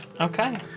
Okay